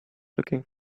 looking